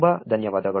ತುಂಬ ಧನ್ಯವಾದಗಳು